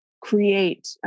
create